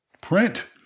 print